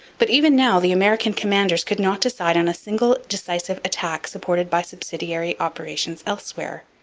but, even now, the american commanders could not decide on a single decisive attack supported by subsidiary operations elsewhere.